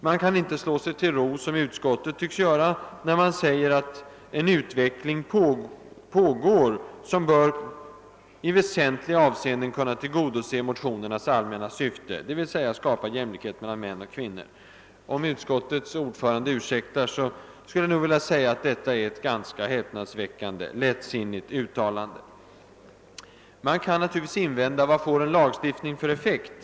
Man kan inte slå sig till ro — som utskottet tycks göra — med att hänvisa till att >en utveckling pågår som ... bör kunna i väsentliga avseenden tillgodose motionärernas allmänna syfte», dvs. att skapa jämlikhet mellan män och kvinnor. Om utskottets ordförande ursäktar, skulle jag nog vilja säga att detta är ett häpnadsväckande lättsinnigt uttalande. Man kan då invända: Vad får en lagstiftning för effekt?